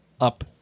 up